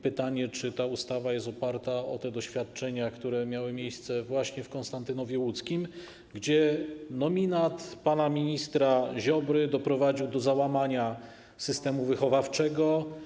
Pytanie, czy ta ustawa jest oparta na tych doświadczeniach, które miały miejsce właśnie w Konstantynowie Łódzkim, gdzie nominat pana ministra Ziobry doprowadził do załamania systemu wychowawczego.